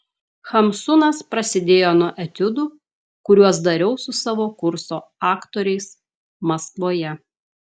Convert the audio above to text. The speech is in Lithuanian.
hamsunas prasidėjo nuo etiudų kuriuos dariau su savo kurso aktoriais maskvoje